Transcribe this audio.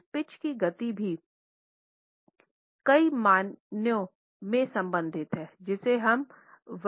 इस पिच की गति भी कई मायनों में संबंधित है जिसे हमें वितरित करना है